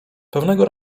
pewnego